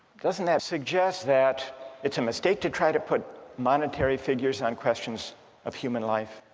doesn't that suggest that it's a mistake to try to put monetary figures on questions of human life?